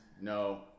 no